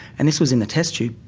and this was in the test tube.